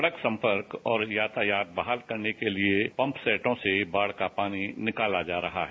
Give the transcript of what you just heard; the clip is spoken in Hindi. सड़क संपर्क और यातायात बहाल करने के लिए पंप सेटों से बाढ़ का पानी निकाला जा रहा है